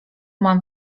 mam